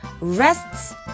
rests